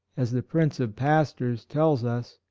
as the prince of pastors tells us,